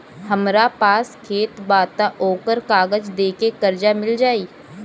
हमरा पास खेत बा त ओकर कागज दे के कर्जा मिल जाई?